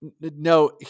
No